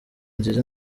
nziza